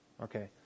Okay